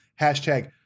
hashtag